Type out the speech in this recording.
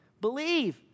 Believe